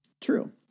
True